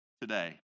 today